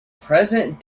present